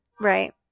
Right